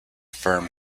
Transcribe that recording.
firm